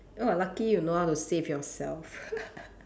oh lucky you know how to save yourself